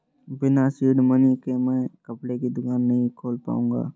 बिना seed money के मैं कपड़े की दुकान नही खोल पाऊंगा